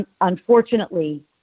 unfortunately